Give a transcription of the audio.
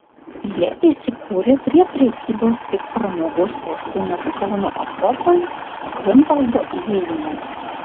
jie įsikūrė prie prekybos ir pramogų sostinės kauno akropolis griunvaldo įėjimo